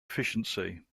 efficiency